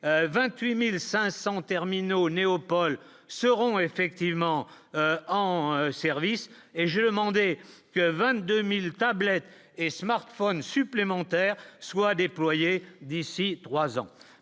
28500 terminaux néo- Paul seront effectivement en service et j'ai demandé que 22000 tablettes et smartphones supplémentaires soient déployés d'ici 3 ans,